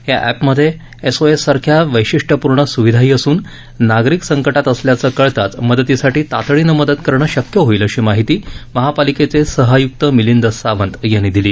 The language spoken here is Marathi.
या एपमध्ये एसओएस सारख्या वैशिष्ट्यपूर्ण सुविधाही असुन नागरिक संकटात अडकल्याचे कळताच मदतीसाठी तातडीने मदत करणं शक्य होईल अशी माहिती महापालिकेचे सह आय्क्त मिलिंद सावंत यांनी दिली